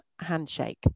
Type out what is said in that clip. handshake